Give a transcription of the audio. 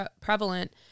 prevalent